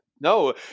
No